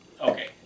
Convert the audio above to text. Okay